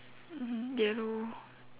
mmhmm yellow